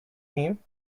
him